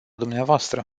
dvs